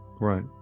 Right